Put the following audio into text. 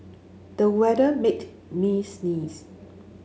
the weather made me sneeze